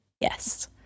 Yes